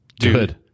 Good